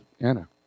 Anna